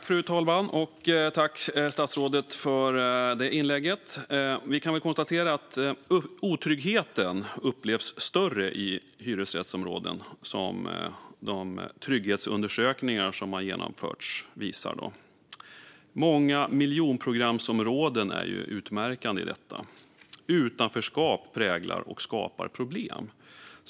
Fru talman! Tack, statsrådet, för inlägget! Vi kan konstatera att otryggheten upplevs större i hyresrättsområden. Detta visar de trygghetsundersökningar som har genomförts. Många miljonprogramsområden är utmärkande i detta. Utanförskap präglar och skapar problem.